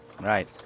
Right